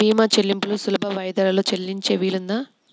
భీమా చెల్లింపులు సులభ వాయిదాలలో చెల్లించే వీలుందా?